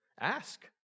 ask